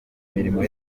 imirimo